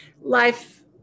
life